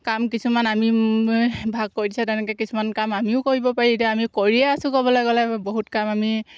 কাম কিছুমান আমি ভাগ কৰি দিছে তেনেকৈ কিছুমান কাম আমিও কৰিব পাৰি এতিয়া আমি কৰিয়ে আছো ক'বলৈ গ'লে বহুত কাম আমি